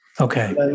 Okay